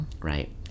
Right